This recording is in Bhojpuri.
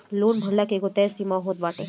लोन भरला के एगो तय समय होत बाटे